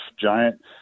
giant